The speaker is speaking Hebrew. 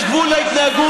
יש גבול להתנהגות,